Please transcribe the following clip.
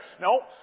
No